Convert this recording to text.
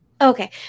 Okay